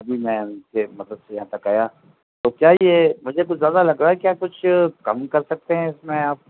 تبھی میں ان کے مدد سے یہاں تک آیا تو کیا یہ مجھے کچھ زیادہ لگ رہا ہے کیا کچھ کم کر سکتے ہیں اس میں آپ